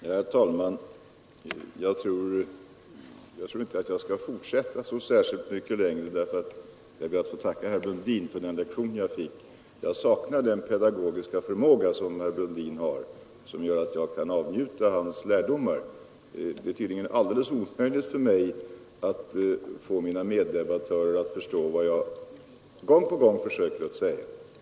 Herr talman! Jag tror inte att jag skall fortsätta så särskilt mycket längre. Jag tackar herr Brundin för den lektion jag fick. Jag saknar den pedagogiska förmåga som herr Brundin har och som gör att jag kan avnjuta hans lärdomar. Det är tydligen alldeles omöjligt för mig att få mina meddebattörer att förstå vad jag gång på gång försöker säga.